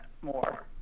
more